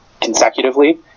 consecutively